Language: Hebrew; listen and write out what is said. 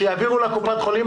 שיעבירו לקופות חולים,